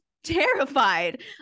terrified